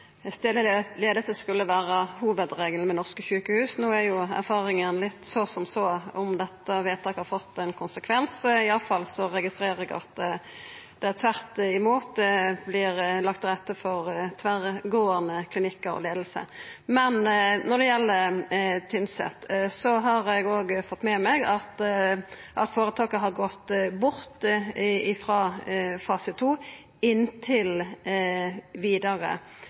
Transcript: skulle vera hovudregelen ved norske sjukehus. Erfaringa er litt så som så om dette vedtaket har fått ein konsekvens. Eg registrerer i alle fall at det tvert imot vert lagt til rette for tverrgåande klinikkar og tverrgåande leiing. Når det gjeld Tynset, har eg fått med meg at føretaket har gått bort frå fase 2 inntil vidare.